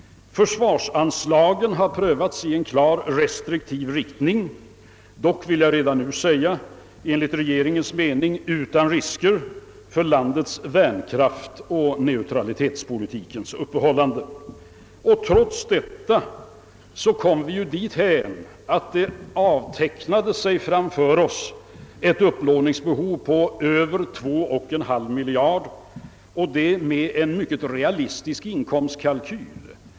Försvarsanslagen har prövats i en klart restriktiv riktning, dock, vill jag redan nu säga, enligt regeringens mening utan risker för landets värnkraft och = neutralitetspolitikens upprätthållande. Trots detta kom vi dithän att det framför oss avtecknade sig ett upplåningsbehov på över 2,5 miljarder kronor, och det med en mycket realistisk inkomstkalkyl.